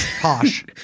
Posh